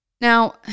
Now